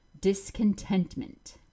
discontentment